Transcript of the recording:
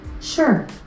Sure